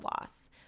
loss